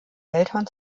eltern